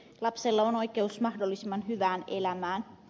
lapsella on oikeus mahdollisimman hyvään elämään